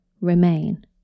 remain